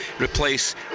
replace